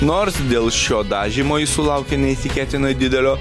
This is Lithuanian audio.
nors dėl šio dažymo jis sulaukė neįtikėtinai didelio